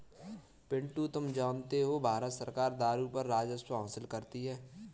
पिंटू तुम जानते हो भारत सरकार दारू पर राजस्व हासिल करती है